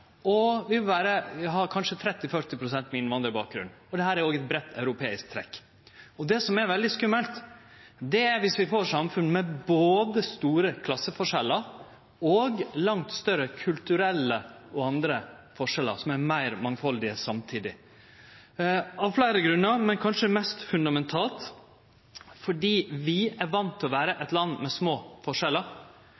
og vi vil kanskje ha 30–40 pst. med innvandrarbakgrunn, for dette er òg eit breitt europeisk trekk. Det som er veldig skummelt, er viss vi får samfunn med både store klasseforskjellar og langt større kulturelle og andre forskjellar som er meir mangfaldige, samtidig – av fleire grunnar, men kanskje mest fundamentalt fordi vi er vane med å vere